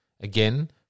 again